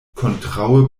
kontraŭe